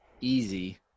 easy